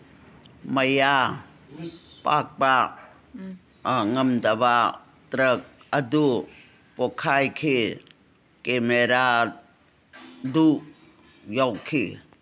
ꯃꯌꯥ ꯄꯥꯛꯄ ꯉꯝꯗꯕ ꯇ꯭ꯔꯛ ꯑꯗꯨ ꯄꯣꯈꯥꯏꯈꯤ ꯀꯦꯃꯦꯔꯥꯗꯨ ꯌꯥꯎꯈꯤ